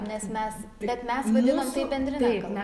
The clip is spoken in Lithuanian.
nes mes bet mes vadinam tai bendrine kalba